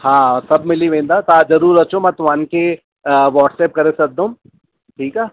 हा सभु मिली वेंदा तव्हां ज़रूर अचो मां तव्हांखे वाट्सअप करे छॾदुमि ठीकु आहे